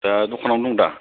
दा दखान आवनो दं दा